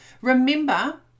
Remember